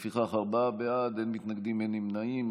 לפיכך, ארבעה בעד, אין מתנגדים, אין נמנעים.